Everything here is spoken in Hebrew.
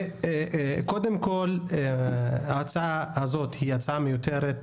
וקודם כל ההצעה הזאת היא הצעה מיותרת,